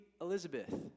Elizabeth